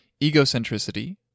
egocentricity